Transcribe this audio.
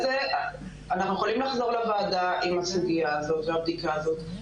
אנחנו יכולים לחזור לוועדה עם הסוגייה והבדיקה הזאת,